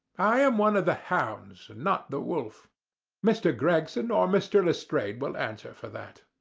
i am one of the hounds and not the wolf mr. gregson or mr. lestrade will answer for that.